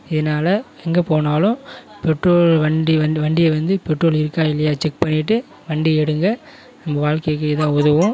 இதனால் எங்கே போனாலும் பெட்ரோல் வண்டி வண் வண்டியை வந்து பெட்ரோல் இருக்கா இல்லையா செக் பண்ணிவிட்டு வண்டி எடுங்கள் உங்கள் இதான் வாழ்க்கைக்கு உதவும்